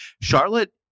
Charlotte